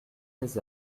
lès